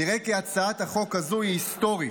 נראה כי הצעת החוק הזו היא היסטורית,